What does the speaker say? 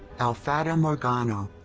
el fata morgano.